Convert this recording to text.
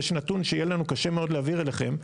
יש נתון שיהיה לנו קשה מאוד להעביר אליכם,